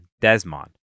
Desmond